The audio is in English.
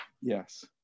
Yes